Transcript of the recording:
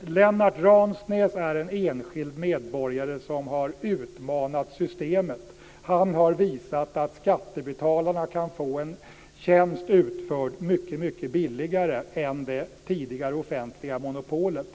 Lennart Ransnäs är en enskild medborgare som har utmanat systemet. Han har visat att skattebetalarna kan få en tjänst utförd mycket, mycket billigare än i det tidigare offentliga monopolet.